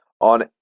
on